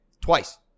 Twice